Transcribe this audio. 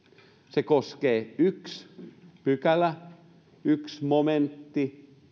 se koskee yhtä pykälää yhtä momenttia